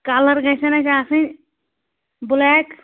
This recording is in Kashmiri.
کَلر گَژھن اَسہِ آسٕنۍ بٕلیک